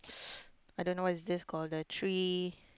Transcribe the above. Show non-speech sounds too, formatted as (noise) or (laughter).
(noise) I don't know what is this called the tree